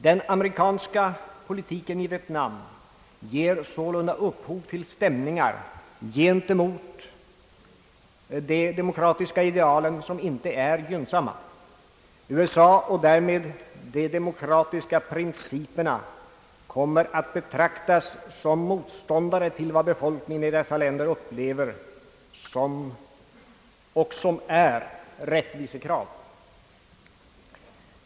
Den amerikanska politiken i Vietnam ger sålunda upphov till stämningar gentemot de demokratiska idealen som inte är gynnsamma. USA och därmed de demokratiska principerna kommer att betraktas som motståndare till vad befolkningen i dessa länder upplever som — och som är — rättvisekrav.